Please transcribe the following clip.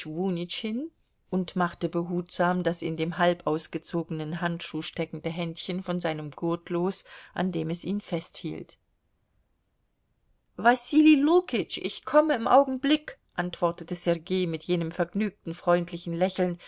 und machte behutsam das in dem halb ausgezogenen handschuh steckende händchen von seinem gurt los an dem es ihn festhielt wasili lukitsch ich komme im augenblick antwortete sergei mit jenem vergnügten freundlichen lächeln